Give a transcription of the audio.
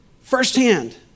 firsthand